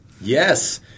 Yes